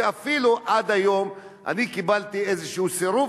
ועד היום אני קיבלתי איזה סירוב,